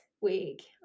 week